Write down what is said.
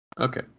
Okay